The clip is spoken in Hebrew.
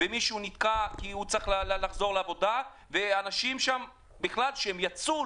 מישהו שנתקע וצריך לחזור לעבודה ואותם אנשים כשהם יצאו,